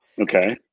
Okay